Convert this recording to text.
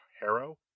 Harrow